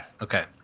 Okay